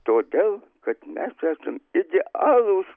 todėl kad mes esam idealūs